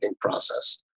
process